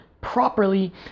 properly